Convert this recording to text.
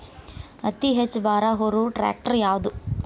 ಅತಿ ಹೆಚ್ಚ ಭಾರ ಹೊರು ಟ್ರ್ಯಾಕ್ಟರ್ ಯಾದು?